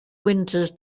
winters